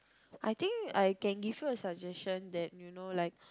I think I can give you a suggestion that you know like